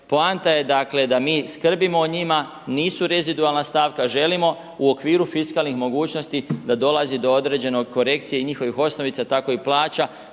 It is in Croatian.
poanta je dakle da mi skrbimo o njima nisu rezidualna stavka želimo u okviru fiskalnih mogućnosti da dolazi do određene korekcije i njihovih osnovica tako i plaća,